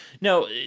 No